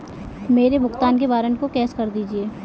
मेरे भुगतान के वारंट को कैश कर दीजिए